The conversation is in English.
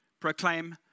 proclaim